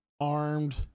armed